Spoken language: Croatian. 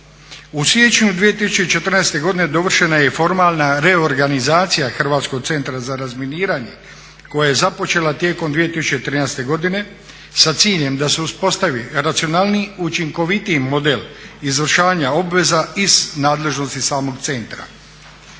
U siječnju 2014. godine dovršena je i formalna reorganizacija Hrvatskog centra za razminiranje koja je započela tijekom 2013. godine sa ciljem da se uspostavi racionalniji i učinkovitiji model izvršavanja obveza iz nadležnosti samoga centra.